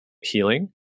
healing